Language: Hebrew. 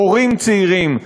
הורים צעירים,